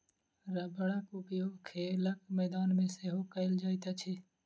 रबड़क उपयोग खेलक मैदान मे सेहो कयल जाइत अछि